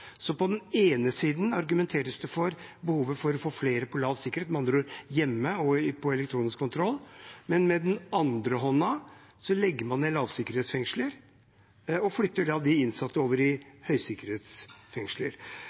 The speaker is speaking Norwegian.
På den ene siden argumenteres det for behovet for å få flere på lav sikkerhet, med andre ord hjemme og på elektronisk kontroll, men med den andre hånden legger man ned lavsikkerhetsfengsler og flytter de innsatte over